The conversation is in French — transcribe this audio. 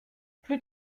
plus